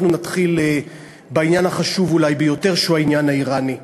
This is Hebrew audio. אנחנו נתחיל בעניין החשוב ביותר שהוא העניין האיראני.